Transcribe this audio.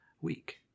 week